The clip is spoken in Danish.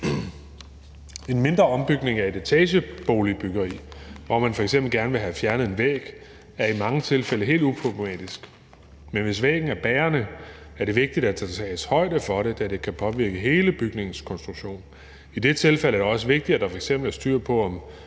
En mindre ombygning af et etageboligbyggeri, hvor man f.eks. gerne vil have fjernet en væg, er i mange tilfælde helt uproblematisk, men hvis væggen er bærende, er det vigtigt, at der tages højde for det, da det kan påvirke hele bygningens konstruktion. I det tilfælde er det også vigtigt, at der f.eks. er styr på, om